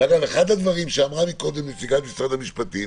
אגב, אחד הדברים שאמרה קודם נציגת משרד המשפטים